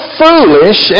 foolish